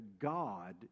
God